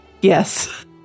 Yes